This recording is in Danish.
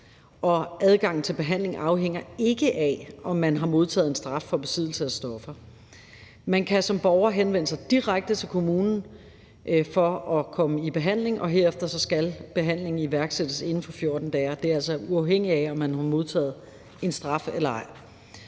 Adgangen til behandling afhænger ikke af, om man har modtaget en straf for besiddelse af stoffer. Man kan som borger henvende sig direkte til kommunen for at komme i behandling, og herefter skal behandlingen iværksættes inden for 14 dage. Det er altså uafhængigt af, om man har modtaget en straf eller ej.